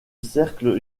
cercle